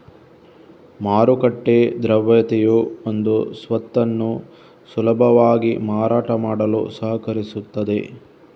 ಮಾರುಕಟ್ಟೆ ದ್ರವ್ಯತೆಯು ಒಂದು ಸ್ವತ್ತನ್ನು ಸುಲಭವಾಗಿ ಮಾರಾಟ ಮಾಡಲು ಸಹಕರಿಸುತ್ತದೆ